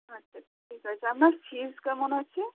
আচ্ছা ঠিক আছে আপনার ফিজ কেমন আছে